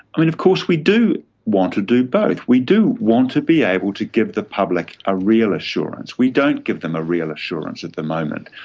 i mean of course we do want to do both. we do want to be able to give the public a real assurance. we don't give them a real assurance at the moment.